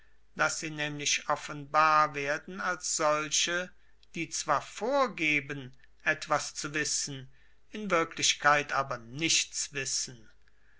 daß sie nämlich offenbar werden als solche die zwar vorgeben etwas zu wissen in wirklichkeit aber nichts wissen